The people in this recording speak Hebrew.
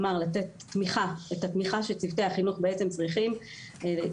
כלומר לתת את התמיכה שצוותי החינוך בעצם צריכים כדי